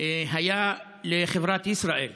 היה לחברת ישראייר